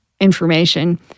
information